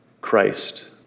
Christ